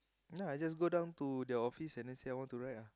ya lah I just go down to the office and then say I want to ride lah